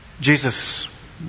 Jesus